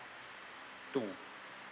two